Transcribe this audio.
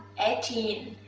eighteen.